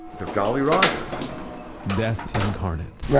the jolly roger death incarnate